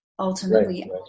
Ultimately